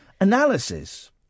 Analysis